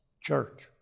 church